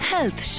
Health